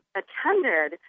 attended